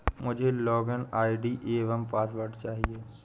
मुझें login ID एवं password चाहिए